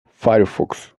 firefox